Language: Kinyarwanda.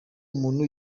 umuntu